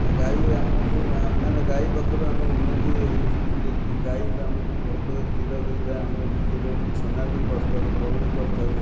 ଗାଈ ଆମକୁ ମାନେ ଗାଈ ପାଖରୁ ଆମେ ଉନ୍ନତି ହେଇଛୁ ଯିଏକି ଗାଈ ଆମକୁ ବହୁତ ପ୍ରକାର କ୍ଷୀର ଦେଇଥାଏ ଆମେ ବି କ୍ଷୀରରୁ ଛେନା ବି କରିଥାଉ ଲହୁଣୀ କରିଥାଉ